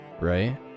right